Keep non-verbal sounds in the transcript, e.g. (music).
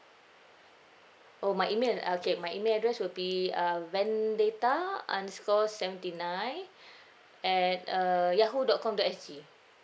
oh my email okay my email address will be uh vendetta underscore seventy nine (breath) at err yahoo dot com dot S G